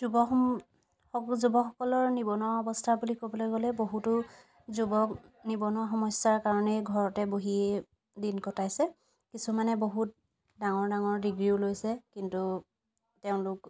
যুৱ যুৱকসকলৰ নিবনুৱা অৱস্থা বুলি ক'বলৈ গ'লে বহুতো যুৱক নিবনুৱা সমস্যাৰ কাৰণে ঘৰতেই বহি দিন কটাইছে কিছুমানে বহুত ডাঙৰ ডাঙৰ ডিগ্ৰীও লৈছে কিন্তু তেওঁলোক